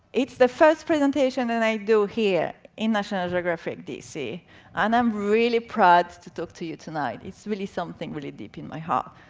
it's the first presentation that i do here, in national geographic dc, and i'm really proud to talk to you tonight. it's really something deep in my heart.